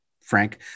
Frank